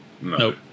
Nope